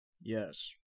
Yes